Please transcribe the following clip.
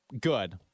good